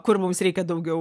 kur mums reikia daugiau